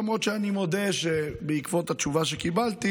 למרות שאני מודה שבעקבות התשובה שקיבלתי